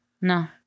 No